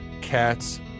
Cats